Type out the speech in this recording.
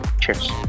Cheers